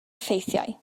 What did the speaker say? effeithiau